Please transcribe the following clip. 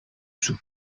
sous